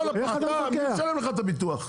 אתה, מי משלם לך את הביטוח?